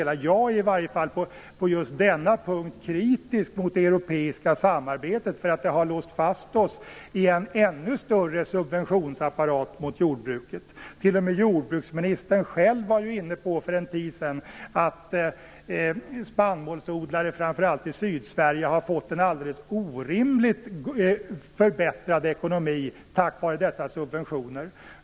Jag är i varje fall på just denna punkt kritisk mot det europeiska samarbetet, därför att det har låst fast oss i en ännu större subventionsapparat gentemot jordbruket. T.o.m. jordbruksministern själv var ju för en tid inne på att spannmålsodlare, framför allt i Sydsverige, har fått en orimligt förbättrad ekonomi tack vare dessa subventioner.